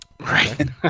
Right